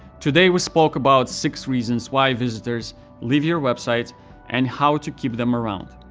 today, we spoke about six reasons why visitors leave your website and how to keep them around.